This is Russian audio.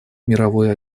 мировой